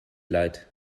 leid